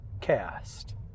Cast